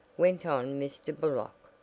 went on mr. burlock.